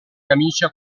camicia